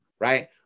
right